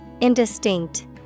Indistinct